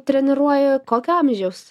treniruoji kokio amžiaus